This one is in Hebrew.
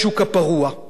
אנחנו כבר עושים את זה,